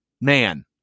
man